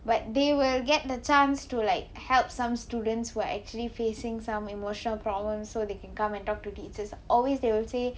but they will get the chance to like help some students who are actually facing some emotional problems so they can come and talk to teachers always they will say